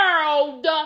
world